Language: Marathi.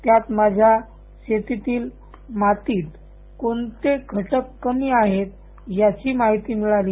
त्यात माझ्या शेतीतील मातीत कोणते घटक कमी आहेत याची माहिती मिळाली